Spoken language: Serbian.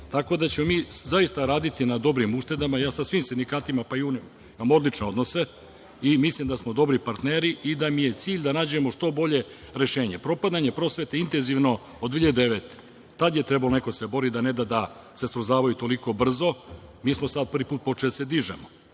tako da ćemo mi zaista raditi na dobrim uštedama. Ja sa svim sindikatima, pa i unijom, imam odlične odnose i mislim da smo dobri partneri i da mi je cilj da nađemo što bolje rešenje. Propadanje prosvete je intenzivno od 2009. godine. Tada je trebalo neko da se bori da ne da se srozavaju toliko brzo. Mi smo sada prvi put počeli da se dižemo